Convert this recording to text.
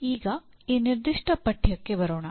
ಈಗ ಈ ನಿರ್ದಿಷ್ಟ ಪಠ್ಯಕ್ಕೆ ಬರೋಣ